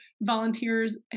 volunteers